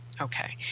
Okay